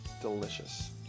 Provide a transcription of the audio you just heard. Delicious